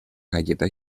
galleta